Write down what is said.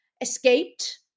escaped